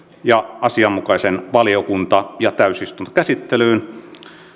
ja asianmukaiseen valiokunta ja täysistuntokäsittelyyn